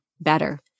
better